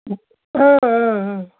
اۭں اۭں